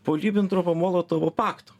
po ribentropo molotovo pakto